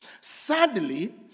Sadly